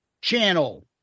channel